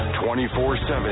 24-7